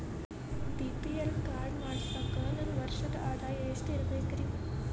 BPL card ಮಾಡ್ಸಾಕ ನನ್ನ ವರ್ಷದ್ ಆದಾಯ ಎಷ್ಟ ಇರಬೇಕ್ರಿ?